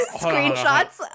screenshots